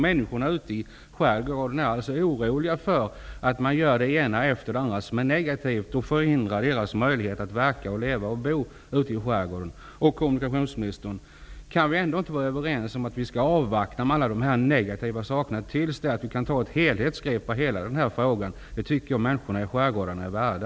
Människorna i skärgården är alltså oroliga för att det ena efter det andra görs som är negativt och förhindrar deras möjligheter att verka, leva och bo ute i skärgården. Kommunikationsministern, kan vi ändå inte vara överens om att vi skall avvakta med allt detta negativa tills vi kan ta ett helhetsgrepp på hela den här frågan? Det tycker jag att människorna i skärgården är värda.